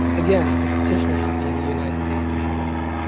again, the petitioner should be in the united states in that case.